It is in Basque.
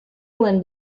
nuen